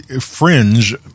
Fringe